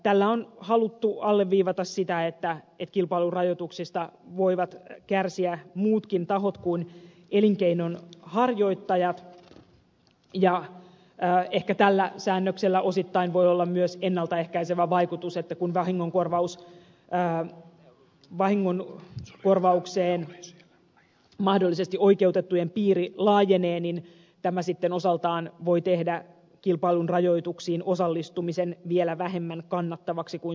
tällä on haluttu alleviivata sitä että kilpailun rajoituksista voivat kärsiä muutkin tahot kuin elinkeinonharjoittajat ja ehkä tällä säännöksellä osittain voi olla myös ennalta ehkäisevä vaikutus niin että kun vahingonkorvaukseen mahdollisesti oikeutettujen piiri laajenee tämä osaltaan voi tehdä kilpailun rajoituksiin osallistumisen vielä vähemmän kannattavaksi kuin se on ollut aikaisemminkin